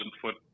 foot